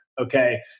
Okay